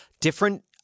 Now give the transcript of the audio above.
different